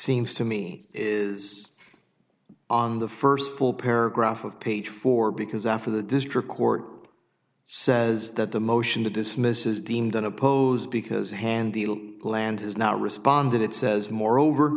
seems to me is on the first full paragraph of page four because after the district court says that the motion to dismiss is deemed unopposed because hand the land has not responded it says moreover